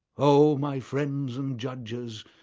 o my friends and judges,